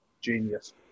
genius